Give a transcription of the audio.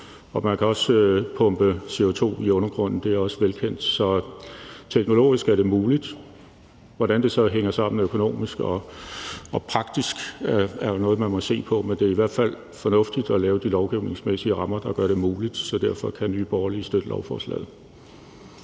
Og man kan også pumpe CO2 ned i undergrunden; det er også velkendt. Så teknologisk er det muligt. Hvordan det så hænger sammen økonomisk og praktisk er jo noget, man må se på. Men det er i hvert fald fornuftigt at lave de lovgivningsmæssige rammer, der gør det muligt, så derfor kan Nye Borgerlige støtte lovforslaget.